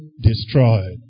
destroyed